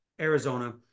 Arizona